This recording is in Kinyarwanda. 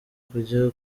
kujya